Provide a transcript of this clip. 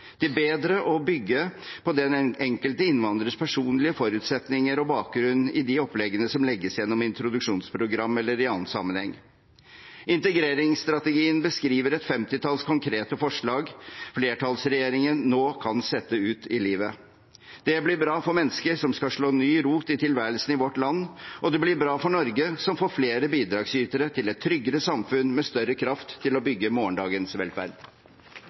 for bedre å bygge på den enkelte innvandrers personlige forutsetninger og bakgrunn i de oppleggene som legges gjennom introduksjonsprogrammet eller i annen sammenheng. Integreringsstrategien beskriver et femtitalls konkrete forslag flertallsregjeringen nå kan sette ut i livet. Det blir bra for mennesker som skal slå ny rot i tilværelsen i vårt land, og det blir bra for Norge, som får flere bidragsytere til et tryggere samfunn med større kraft til å bygge morgendagens velferd.